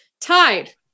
Tied